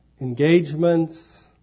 engagements